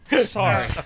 Sorry